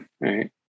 right